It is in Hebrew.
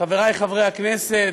חברי חברי הכנסת,